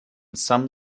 some